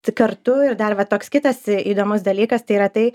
tai kartu ir dar va toks kitas įdomus dalykas tai yra tai